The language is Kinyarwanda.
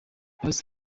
past